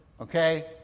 okay